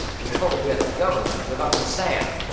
well, with the government, with uncle sam.